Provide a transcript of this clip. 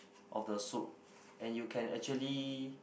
of the soup and you can actually